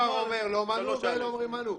האוצר אומר לא מנעו ואלה אומרים מנעו.